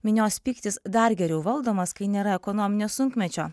minios pyktis dar geriau valdomas kai nėra ekonominio sunkmečio